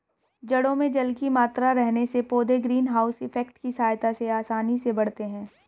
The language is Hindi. जड़ों में जल की मात्रा रहने से पौधे ग्रीन हाउस इफेक्ट की सहायता से आसानी से बढ़ते हैं